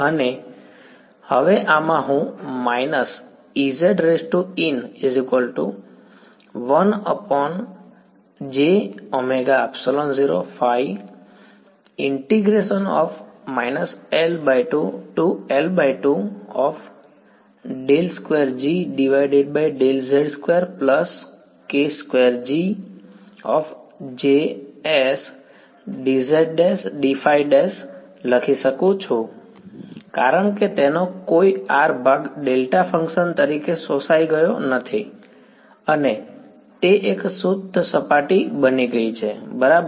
અને હવે આમાં હું લખી શકું છું કારણ કે તેનો કોઈ r ભાગ ડેલ્ટા ફંક્શન તરીકે શોષાઈ ગયો નથી અને તે એક શુદ્ધ સપાટી બની ગઈ છે બરાબર